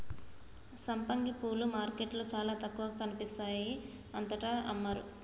సంపంగి పూలు మార్కెట్లో చాల తక్కువగా కనిపిస్తాయి అంతటా అమ్మరు